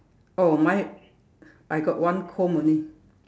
oh mine I got one comb only